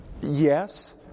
Yes